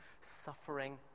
suffering